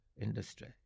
industry